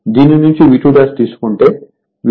దీని నుంచి V2 తీసుకుంటేV2V1 I2 Re j Xe వస్తుంది